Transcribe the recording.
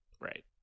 Right